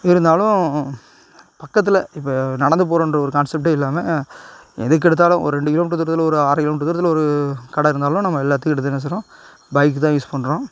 இருந்தாலும் பக்கத்தில் இப்போ நடந்து போகறோன்ற ஒரு கான்செப்ட்டே இல்லாமல் எதுக்கு எடுத்தாலும் ஒரு ரெண்டு கிலோ மீட்டர் தூரத்தில் ஒரு ஆறு கிலோ மீட்டர் தூரத்தில் ஒரு கடை இருந்தாலும் நம்ம எல்லாத்துக்கும் எடுத்து என்ன செய்யறோம் பைக்கு தான் யூஸ் பண்ணுறோம்